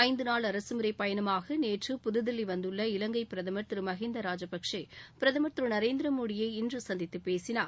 ஐந்து நாள் அரசுமுறை பயணமாக நேற்று புதுதில்லி வந்துள்ள இலங்கை பிரதமர் திரு மகிந்தா ராஜபக்சே பிரதமர் திரு நரேந்திர மோடியை இன்று சந்தித்து பேசினார்